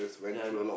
ya